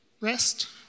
rest